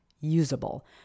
usable